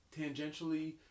tangentially